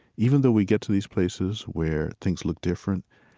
even though we get to these places where things look different,